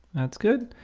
that's good.